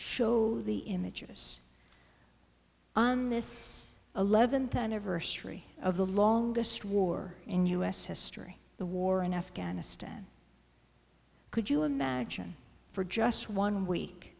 show the image of us on this eleventh anniversary of the longest war in u s history the war in afghanistan could you imagine for just one week